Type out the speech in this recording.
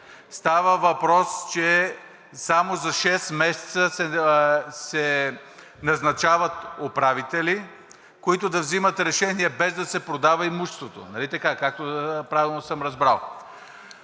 Става въпрос, че само за шест месеца се назначават управители, които да взимат решения, без да се продава имуществото, нали така, както правилно съм разбрал?